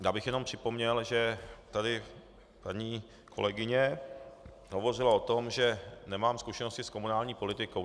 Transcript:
Já bych jenom připomněl, že tady paní kolegyně hovořila o tom, že nemám zkušenosti s komunální politikou.